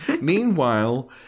Meanwhile